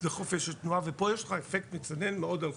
מקווה שאתם רגועים יותר מהדיון שהיה לי בבוקר.